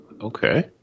okay